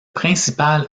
principal